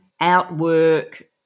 outwork